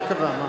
מה קרה?